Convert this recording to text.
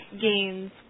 gains